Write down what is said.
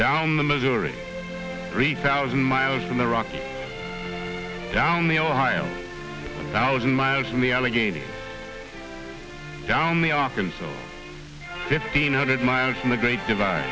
down the missouri three thousand miles from the rockies down the ohio thousand miles from the allegheny down the arkansas fifteen hundred miles from the great divi